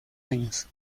años